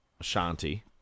Ashanti